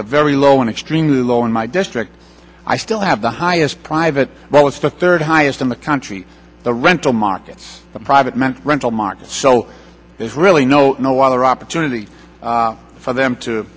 the very low and extremely low in my district i still have the highest private well it's the third highest in the country the rental markets private meant rental market so there's really no no other opportunity for them to